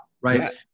right